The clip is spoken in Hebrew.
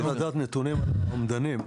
רצו לדעת נתונים, על האומדנים,